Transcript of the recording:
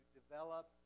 develop